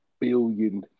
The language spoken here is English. billion